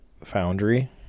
Foundry